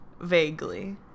vaguely